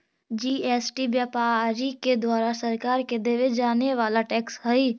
GST व्यापारि के द्वारा सरकार के देवे जावे वाला टैक्स हई